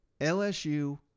LSU